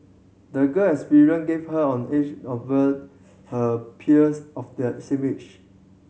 the girl experience gave her an edge over her peers of the same age